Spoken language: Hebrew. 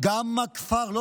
הכפר העברי.